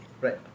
right